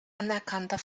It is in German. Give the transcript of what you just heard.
anerkannter